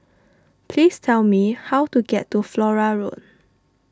please tell me how to get to Flora Road